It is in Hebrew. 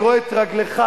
אני רואה את רגלך,